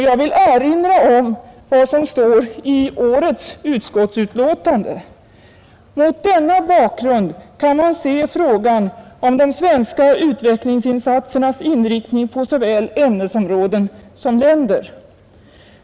Jag vill erinra om vad som står i årets utskottsbetänkande: ”Mot denna bakgrund kan man se frågan om de svenska utvecklingsinsatsernas inriktning på såväl ämnesområden som länder.